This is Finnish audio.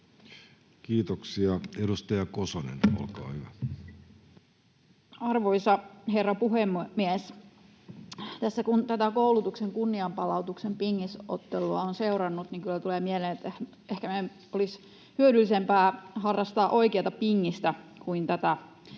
Kiitoksia. — Edustaja Kosonen, olkaa hyvä. Arvoisa herra puhemies! Tässä kun tätä koulutuksen kunnianpalautuksen pingisottelua on seurannut, niin kyllä tulee mieleen se, että ehkä meidän olisi hyödyllisempää harrastaa oikeata pingistä kuin tätä koulutuksen